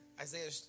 Isaiah